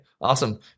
awesome